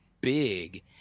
big